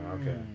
Okay